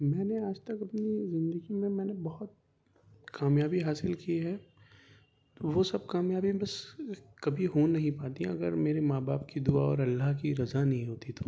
میں نے آج تک اپنی زندگی میں میں نے بہت کامیابی حاصل کی ہے وہ سب کامیابی بس کبھی ہو نہیں پاتیں اگر میرے ماں باپ کی دعا اور اللہ کی رضا نہیں ہوتی تو